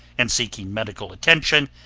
and seeking medical attention,